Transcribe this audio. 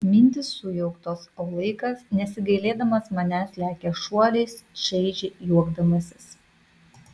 mintys sujauktos o laikas nesigailėdamas manęs lekia šuoliais čaižiai juokdamasis